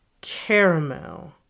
caramel